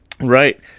Right